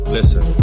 Listen